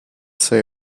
say